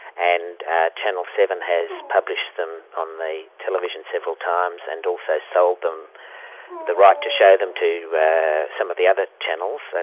and channel seven has published them on the television several times, and also sold them the right to show them to some of the other channels.